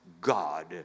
God